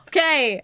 Okay